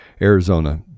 Arizona